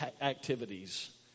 activities